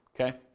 okay